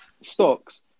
stocks